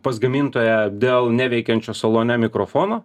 pas gamintoją dėl neveikiančio salone mikrofono